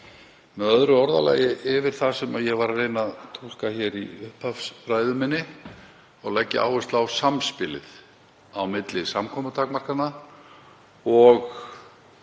með öðru orðalagi yfir það sem ég var að reyna að túlka í upphafsræðu minni og lagði áherslu á samspilið á milli samkomutakmarkana og